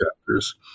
chapters